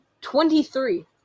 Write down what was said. twenty-three